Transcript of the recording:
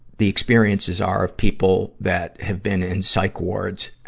the experiences are of people that have been in psych wards.